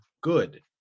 good